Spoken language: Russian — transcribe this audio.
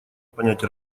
понять